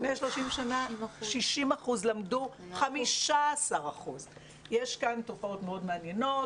לפני 30 שנה למדו 15%. יש כאן תופעות מאוד מעניינות.